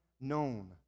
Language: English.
known